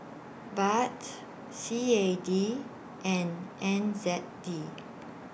Baht C A D and N Z D